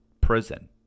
prison